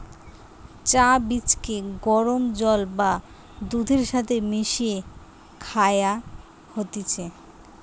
চা বীজকে গরম জল বা দুধের সাথে মিশিয়ে খায়া হতিছে